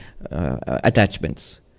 attachments